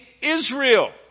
Israel